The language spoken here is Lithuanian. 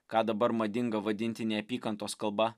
ką dabar madinga vadinti neapykantos kalba